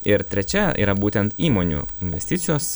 ir trečia yra būtent įmonių investicijos